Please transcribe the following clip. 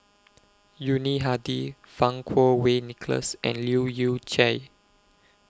Yuni Hadi Fang Kuo Wei Nicholas and Leu Yew Chye